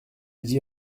dit